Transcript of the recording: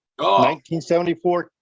1974